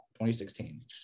2016